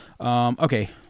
Okay